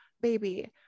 baby